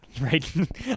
right